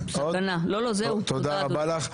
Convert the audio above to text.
תודה רבה לך.